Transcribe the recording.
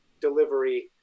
delivery